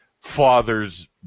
father's